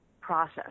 process